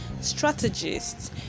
strategists